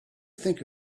think